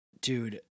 Dude